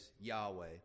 Yahweh